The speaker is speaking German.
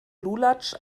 lulatsch